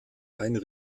einen